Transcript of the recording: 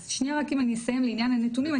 אז שניה רק אם אני אסיים לעניין הנתונים,